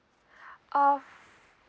of